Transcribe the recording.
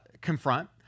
confront